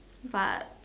but